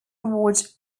award